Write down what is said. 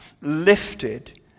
lifted